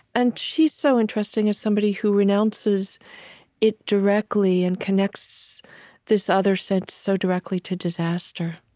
and she's so interesting as somebody who renounces it directly and connects this other sense so directly to disaster